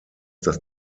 dass